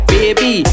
Baby